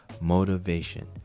motivation